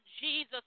Jesus